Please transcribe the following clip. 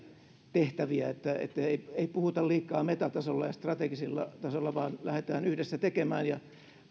tehtäviä niin että ei puhuta liikaa metatasolla ja strategisella tasolla vaan lähdetään yhdessä tekemään ja